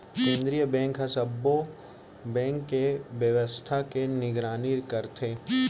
केंद्रीय बेंक ह सब्बो बेंक के बेवस्था के निगरानी करथे